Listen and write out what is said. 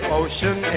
ocean